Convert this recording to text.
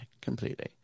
completely